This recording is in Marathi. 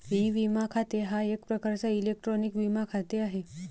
ई विमा खाते हा एक प्रकारचा इलेक्ट्रॉनिक विमा खाते आहे